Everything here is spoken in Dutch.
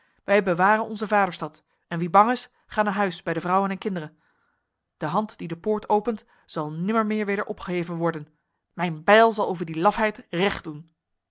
wij bewaren onze vaderstad en wie bang is ga naar huis bij de vrouwen en kinderen de hand die de poort opent zal nimmermeer weder opgeheven worden mijn bijl zal over die lafheid recht doen